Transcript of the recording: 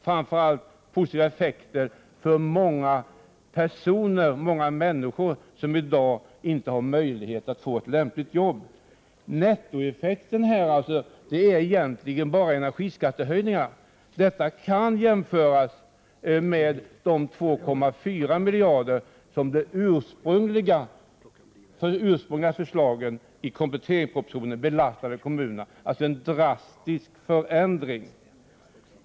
Framför allt blir det positiva effekter för många människor som i dag inte har möjlighet att få ett lämpligt arbete. Nettoeffekten utgörs egentligen bara av energiskattehöjningarna. Detta kan jämföras med de 2,4 miljarder som det ursprungliga förslaget i kompletteringspropositionen belastade kommunerna med. Det är alltså en drastisk förändring.